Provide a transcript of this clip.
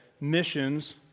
missions